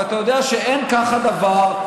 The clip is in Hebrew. ואתה יודע שאין כך הדבר,